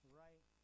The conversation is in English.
right